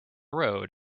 road